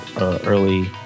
early